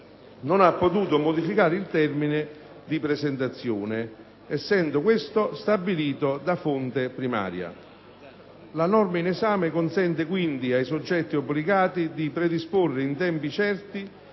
non ha potuto modificare il termine di presentazione, essendo questo stabilito da fonte primaria. La norma in esame consente quindi ai soggetti obbligati di predisporre in tempi certi